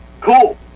Cool